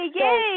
yay